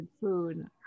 food